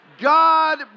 God